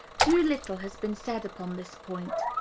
too little has been said upon this point.